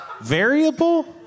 Variable